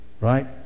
right